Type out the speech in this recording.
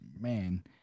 man